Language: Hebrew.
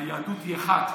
היהדות היא אחת.